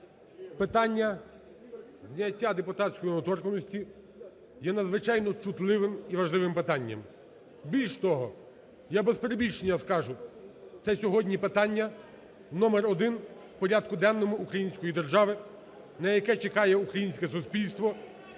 Питання зняття депутатської недоторканності є надзвичайно чутливим і важливим питанням. Більш того, я без перебільшення скажу, це сьогодні питання номер один у порядку денному української держави, на яке чекає українське суспільство